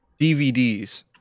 DVDs